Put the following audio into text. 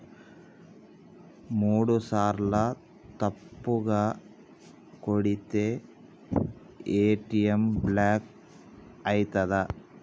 మూడుసార్ల తప్పుగా కొడితే ఏ.టి.ఎమ్ బ్లాక్ ఐతదా?